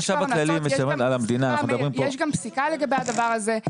יש גם פסיקה לגבי הדבר הזה.